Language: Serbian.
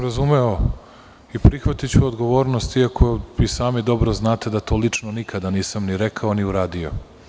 Razumeo sam i prihvatiću odgovornost iako sami dobro znate da to lično nikada nisam ni rekao, a ni uradio.